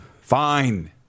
Fine